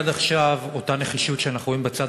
עד עכשיו אותה נחישות שאנחנו רואים בצד